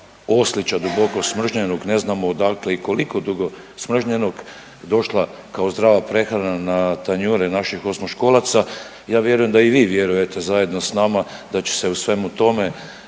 oslića duboko smržnjenog ne znamo odakle i koliko dugo smržnjenog došla kao zdrava prehrana na tanjure naših osmoškolaca ja vjerujem da i vi vjerujte zajedno s nama da će se u svemu tome